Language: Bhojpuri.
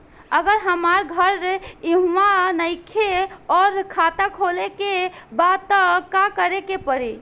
अगर हमार घर इहवा नईखे आउर खाता खोले के बा त का करे के पड़ी?